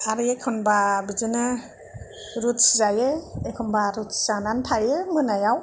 आरो एखनबा बिदिनो रुथि जायो एखमबा रुथि जानानै थायो मोनायाव